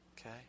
Okay